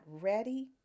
ready